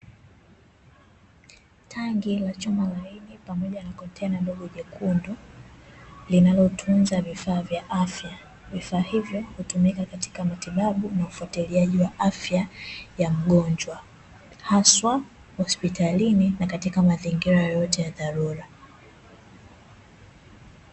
Tanki la chuma laini pamoja na kontena dogo jekundu linalotunza vifaa vya afya, vifaa hivyo hutumika katika matibabu na ufuatiliaji wa afya ya mgonjwa, haswa hospitalni na katika mazingira yoyote ya dharura.